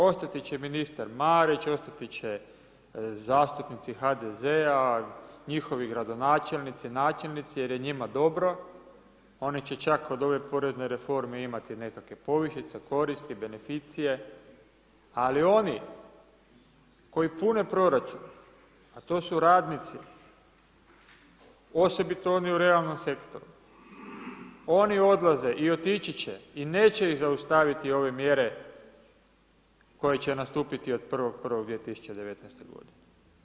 Ostati će ministar Marić, ostati će zastupnici HDZ-a, njihovi gradonačelnici, načelnici jer je njima dobro, oni će čak od ove porezne reforme imati nekakve povišice, koristi, beneficije, ali oni koji pune proračun, a to su radnici, osobito oni u realnom sektoru, oni odlaze i otići će i neće ih zaustaviti ove mjere koje će nastupiti od 1.1.2019. godine.